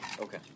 Okay